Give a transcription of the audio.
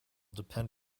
depend